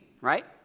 right